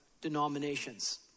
denominations